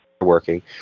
working